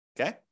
Okay